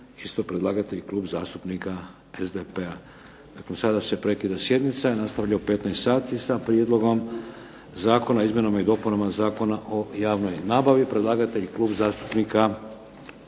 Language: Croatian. isto predlagatelj Klub zastupnika SDP-a. Dakle, sada se prekida sjednica, nastavlja u 15 sati sa Prijedlogom zakona o izmjenama i dopunama Zakona o javnoj nabavi, predlagatelj Klub zastupnika HNS-a.